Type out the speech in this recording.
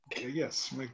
Yes